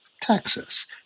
Texas